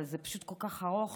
אבל זה פשוט כל כך ארוך,